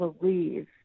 believe